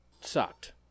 sucked